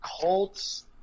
Colts